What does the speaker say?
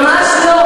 ממש לא,